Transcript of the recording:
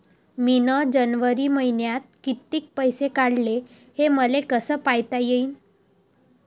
मिन जनवरी मईन्यात कितीक पैसे काढले, हे मले कस पायता येईन?